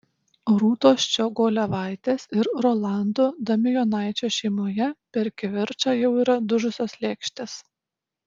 rūtos ščiogolevaitės ir rolando damijonaičio šeimoje per kivirčą jau yra dužusios lėkštės